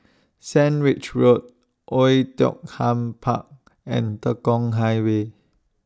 Sandwich Road Oei Tiong Ham Park and Tekong Highway